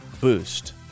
boost